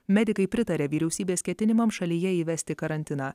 medikai pritarė vyriausybės ketinimam šalyje įvesti karantiną